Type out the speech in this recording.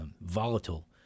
volatile